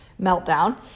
meltdown